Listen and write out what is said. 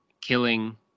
killing